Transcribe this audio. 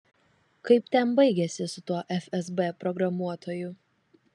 kaip ten baigėsi su tuo fsb programuotoju